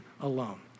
alone